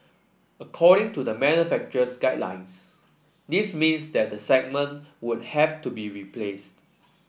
according to the manufacturer's guidelines this means that the segment would have to be replaced